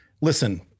Listen